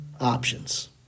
options